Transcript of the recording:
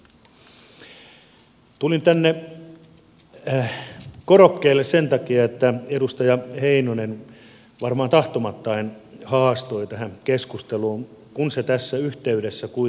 tulin tänne korokkeelle sen takia että edustaja heinonen varmaan tahtomattaan haastoi tähän keskusteluun kun se tässä yhteydessä kuitenkin tuli käsittelyyn